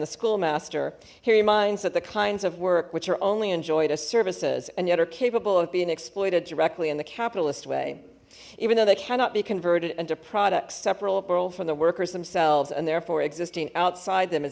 the schoolmaster he reminds that the kinds of work which are only enjoyed as services and yet are capable of being exploited directly in the capitalist way even though they cannot be converted into product separable from the workers themselves and therefore existing outside them as